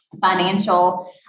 Financial